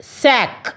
sack